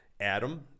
Adam